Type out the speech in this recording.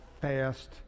fast